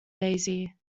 daisy